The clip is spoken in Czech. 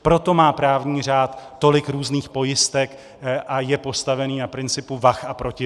Proto má právní řád tolik různých pojistek a je postavený na principu vah a protivah.